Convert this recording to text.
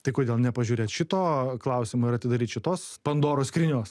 tai kodėl nepažiūrėt šito klausimo ir atidaryt šitos pandoros skrynios